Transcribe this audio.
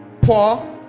Paul